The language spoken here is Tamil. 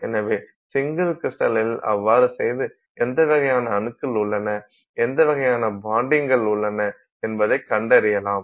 எனவே சிங்கிள் கிரிஸ்டலில் அவ்வாறு செய்து எந்த வகையான அணுக்கள் உள்ளன எந்த வகையான பான்டிங்கள் உள்ளன என்பதை கண்டறியலாம்